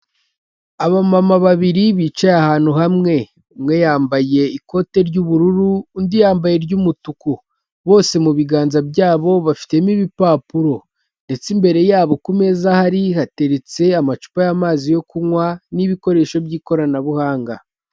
Abamama babiri bicaye ahantu hamwe, umwe yambaye ikote ry'ubururu undi yambaye iry'umutuku, bose mu biganza byabo bafitemo ibipapuro ndetse imbere yabo kumeza ahari hateretse amacupa y'amazi yo kunywa n'ibikoresho by'ikoranabuhanga.